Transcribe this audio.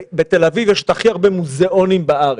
בתל אביב יש את הכי הרבה מוזיאונים בארץ.